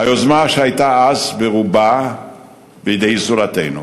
היוזמה, שהייתה אז ברובה בידי זולתנו,